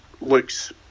looks